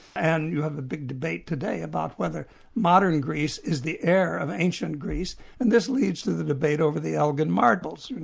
and you have the big debate today about whether modern greece is the heir of ancient greece, and this leads to the debate over the elgin marbles.